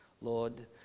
Lord